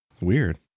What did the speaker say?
Weird